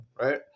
right